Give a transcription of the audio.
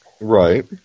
Right